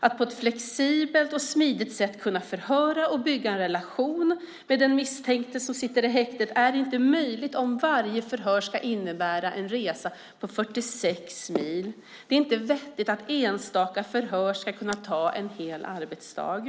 Att på ett flexibelt och smidigt sätt kunna förhöra och bygga en relation med den misstänkte som sitter i häktet är inte möjligt om varje förhör ska innebära en resa på 46 mil. Det är inte vettigt att enstaka förhör ska kunna ta en hel arbetsdag.